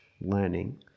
learning